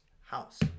house